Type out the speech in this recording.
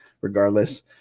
regardless